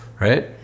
right